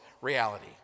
reality